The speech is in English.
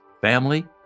family